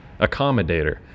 Accommodator